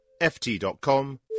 ft.com